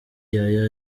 yaya